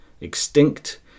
extinct